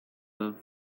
but